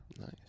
Nice